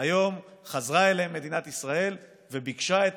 היום חזרה אליהם מדינת ישראל וביקשה את